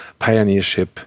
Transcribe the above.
pioneership